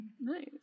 Nice